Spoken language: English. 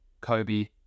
Kobe